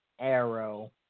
arrow